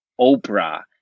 oprah